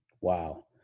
Wow